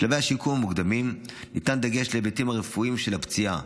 בשלבי השיקום המוקדמים ניתן דגש להיבטים הרפואיים של הפציעה,